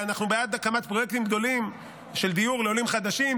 אנחנו בעד הקמת פרויקטים גדולים של דיור לעולים חדשים,